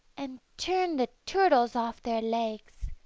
and turned the turtles off their legs.